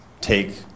take